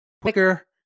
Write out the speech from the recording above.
quicker